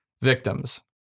victims